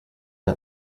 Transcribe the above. ist